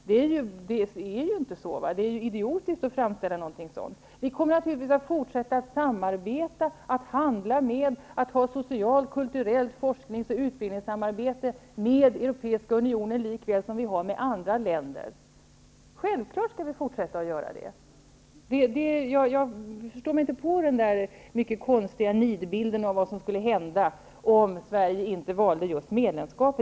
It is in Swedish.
Det är ju inte så, och det är idiotiskt att framställa det på det sättet. Naturligtvis kommer vi att fortsätta att samarbeta och handla med Europeiska Unionen. Vi kommmer också att fortsätta ett socialt och kulturellt samarbete, liksom ett forsknings och utbildningssamarbete, precis som med andra länder. Det skall vi självfallet fortsätta med. Jag förstår mig inte på den konstiga nidbild som tecknas av vad som skulle hända om Sverige inte valde ett medlemskap.